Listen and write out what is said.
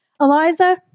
Eliza